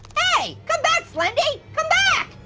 hey, come back slendy, come back.